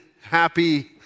happy